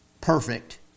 Perfect